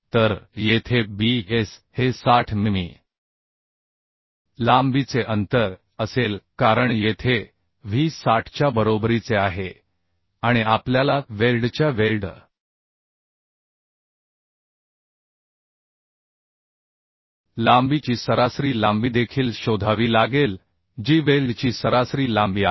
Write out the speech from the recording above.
तर येथे Bs हे 60 मिमी लांबीचे अंतर असेल कारण येथे w60 च्या बरोबरीचे आहे आणि आपल्याला वेल्डच्या वेल्ड लांबीची सरासरी लांबी देखील शोधावी लागेल जी वेल्डची सरासरी लांबी आहे